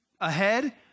ahead